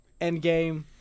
Endgame